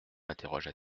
interrogea